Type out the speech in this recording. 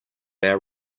our